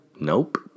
Nope